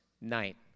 night